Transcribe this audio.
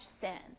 sin